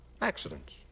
accidents